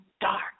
dark